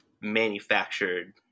manufactured